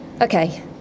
Okay